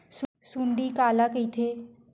सुंडी काला कइथे?